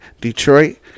Detroit